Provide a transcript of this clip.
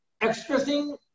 Expressing